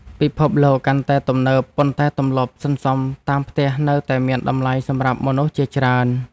ពិភពលោកកាន់តែទំនើប ប៉ុន្តែទម្លាប់សន្សំតាមផ្ទះនៅតែមានតម្លៃសម្រាប់មនុស្សជាច្រើន។